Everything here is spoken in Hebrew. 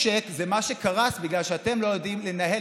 משק זה מה שקרס בגלל שאתם לא יודעים לנהל